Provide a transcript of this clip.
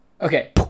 okay